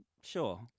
sure